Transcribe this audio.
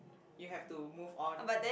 you have to move on